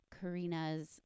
Karina's